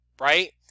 right